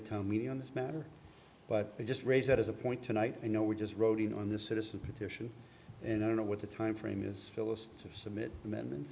a town meeting on this matter but they just raise it as a point tonight you know we just rode in on the citizen petition and i don't know what the time frame is phyllis to submit amen